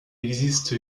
existe